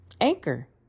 Anchor